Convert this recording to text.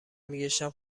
میگشتم